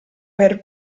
per